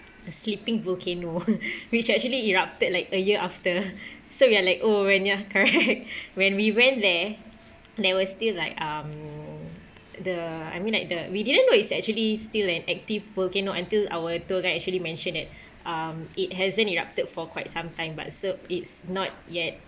a sleeping volcano which actually erupted like a year after so we are like oh when ya correct when we went there there were still like um the I mean like the we didn't know it's actually still an active volcano until our tour guide actually mentioned that um it hasn't erupted for quite some time but so it's not yet